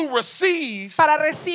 receive